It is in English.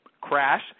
crash